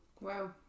Wow